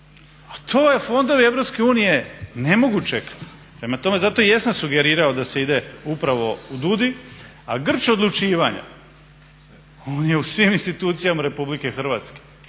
Europske unije ne mogu čekat. Prema tome, zato i jesam sugerirao da se ide upravo u DUUDI, a grč odlučivanja on je u svim institucijama Republike Hrvatske.